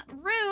Rude